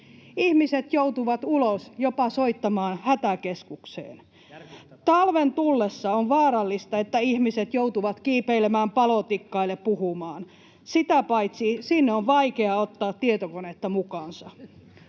Ihmiset joutuvat ulos jopa soittamaan hätäkeskukseen [Markus Lohi: Järkyttävää!] Talven tullessa on vaarallista, että ihmiset joutuvat kiipeilemään palotikkaille puhumaan. Sitä paitsi sinne on vaikea ottaa tietokonetta mukaansa.